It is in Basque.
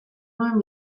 nuen